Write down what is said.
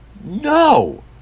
No